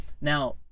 now